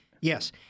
Yes